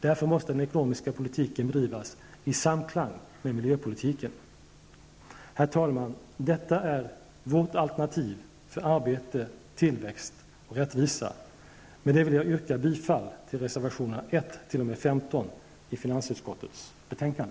Därför måste den ekonomiska politiken bedrivas i samklang med miljöpolitiken. Herr talman! Detta är vårt alternativ för arbete, tillväxt och rättvisa. Med det vill jag yrka bifall till reservationerna 1--15 i finansutskottets betänkande.